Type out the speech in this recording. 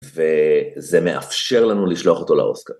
וזה מאפשר לנו לשלוח אותו לאוסקאר.